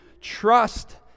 trust